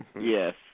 Yes